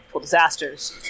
disasters